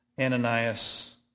Ananias